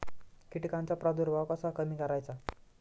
कीटकांचा प्रादुर्भाव कसा कमी करायचा?